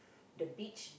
the beach